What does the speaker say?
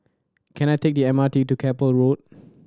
can I take the M R T to Keppel Road